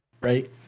right